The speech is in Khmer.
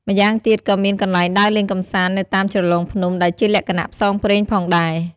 ម្យ៉ាងទៀតក៏មានកន្លែងដើរលេងកម្សាន្តនៅតាមជ្រលងភ្នំដែលជាលក្ខណៈផ្សងព្រេងផងដែរ។